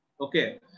Okay